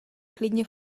klidně